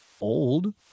old